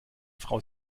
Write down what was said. frau